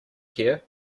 care